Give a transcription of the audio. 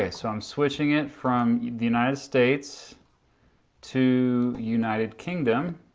ah so i'm switching it from the united states to united kingdom.